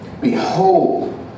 Behold